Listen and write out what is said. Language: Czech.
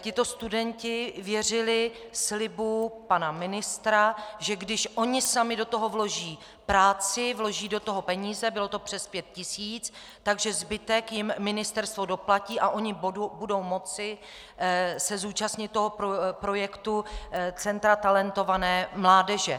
Tito studenti věřili slibu pana ministra, že když oni sami do toho vloží práci, vloží do toho peníze, bylo to přes 5 tisíc, že zbytek jim ministerstvo doplatí a oni se budou moci zúčastnit toho projektu Centra talentované mládeže.